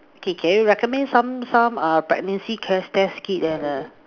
okay can you recommend some some err pregnancy test test kit and err